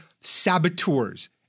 saboteurs